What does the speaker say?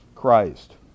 Christ